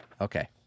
Okay